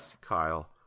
Kyle